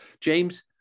James